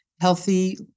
healthy